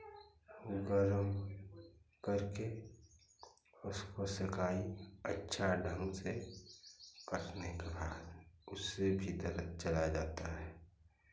गरम करके उसको सेकाई अच्छा ढंग से करने के बाद उससे भी दर्द चला जाता है